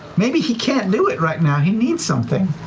maybe he can't do it right now, he needs something.